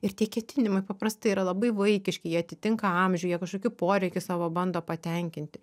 ir tie ketinimai paprastai yra labai vaikiški jie atitinka amžių jie kažkokių poreikių savo bando patenkinti